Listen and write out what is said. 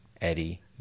Eddie